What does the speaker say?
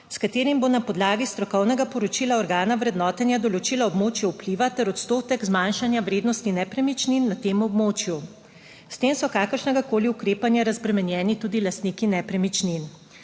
s katerim bo na podlagi strokovnega poročila organa vrednotenja določila območje vpliva ter odstotek zmanjšanja vrednosti nepremičnin na tem območju. S tem so kakršnegakoli ukrepanja razbremenjeni tudi lastniki nepremičnin.